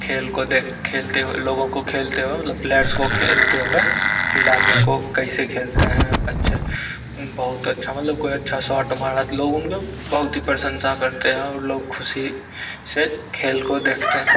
खेल को देख खेलते हुए लोगों को खेलते हुए मतलब प्लेयर्स को खेलते हुए खिलाड़ियों को कैसे खेलते हैं अच्छे बहुत अच्छा मतलब कोई अच्छा शॉट मारा तो लोग उनको बहुत ही प्रशंसा करते हैं और लोग खुशी से खेल को देखते हैं